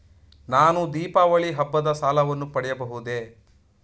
ನಾನು ದೀಪಾವಳಿ ಹಬ್ಬದ ಸಾಲವನ್ನು ಪಡೆಯಬಹುದೇ?